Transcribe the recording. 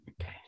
Okay